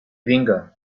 vinga